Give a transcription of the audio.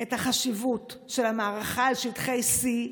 את החשיבות של המערכה על שטחי C,